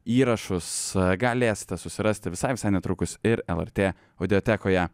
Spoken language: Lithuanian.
įrašus galėsite susirasti visai visai netrukus ir lrt audiotekoje